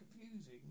confusing